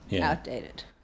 outdated